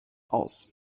aus